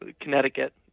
connecticut